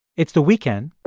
it's the weekend,